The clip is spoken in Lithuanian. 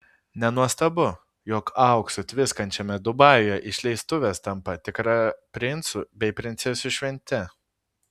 nenuostabu jog auksu tviskančiame dubajuje išleistuvės tampa tikra princų bei princesių švente